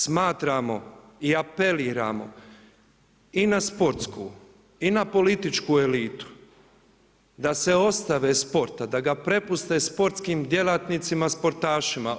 Smatramo i apeliramo i na sportsku i na političku elitu da se ostave sporta, da ga prepuste sportskim djelatnicima, sportašima.